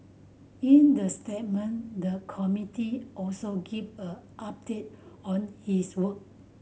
in the statement the committee also gave a update on its work